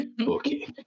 Okay